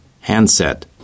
Handset